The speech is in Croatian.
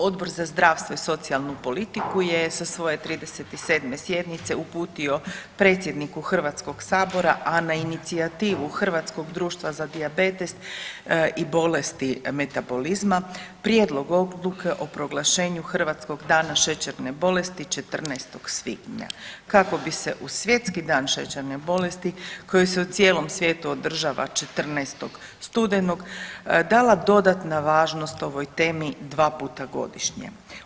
Odbor za zdravstvo i socijalnu politiku je sa svoje 37. sjednice uputio predsjedniku Hrvatskog sabora, a na inicijativu Hrvatskog društva za dijabetes i bolesti metabolizma Prijedlog odluke o proglašenju „Hrvatskog dana šećerne bolesti 14. svibnja“ kako bi se u Svjetski dan šećerne bolesti koji se u cijelom svijetu održava 14. studenog dala dodatna važnost ovoj temi dva puta godišnje.